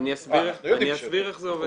אני אסביר איך זה עובד.